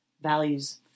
values